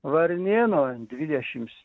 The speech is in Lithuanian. varnėno dvidešims